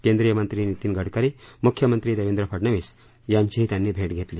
केंद्रीय मंत्री नितीन गडकरी मुख्यमंत्री देवेंद्र फडनवीस यांचीही त्यांनी भेट घेतली